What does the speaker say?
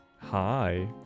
Hi